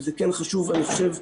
וכן זה חשוב, אני חושב,